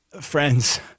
Friends